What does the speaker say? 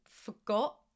forgot